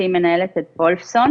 שהיא מנהלת את וולפסון,